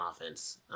offense